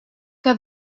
que